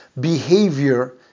behavior